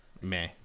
meh